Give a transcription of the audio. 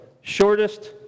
shortest